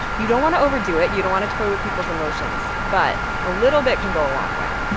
you don't want to overdo it. you don't want to toy with people's emotions. but a little bit can go a long way